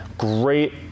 great